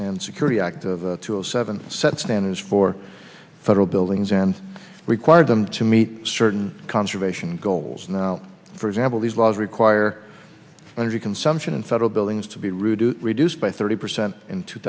and security act of two zero seven set standards for federal buildings and required them to meet certain conservation goals for example these laws require energy consumption in federal buildings to be rude to reduce by thirty percent in two